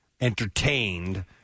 entertained